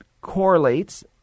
correlates